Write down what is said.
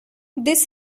this